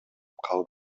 калдым